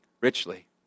richly